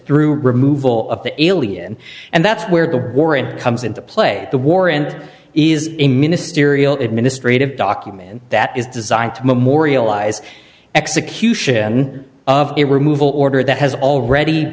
through removal of the alien and that's where the warrant come as in the play the warrant is a ministerial administrative document that is designed to memorialize execution of a removal order that has already